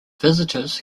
visitors